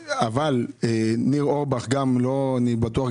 אני בטוח שגם ניר אורבך לא לוקח.